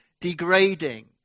degrading